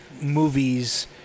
movies